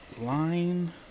Line